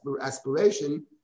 aspiration